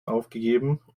aufgegeben